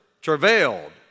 travailed